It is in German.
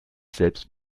selbst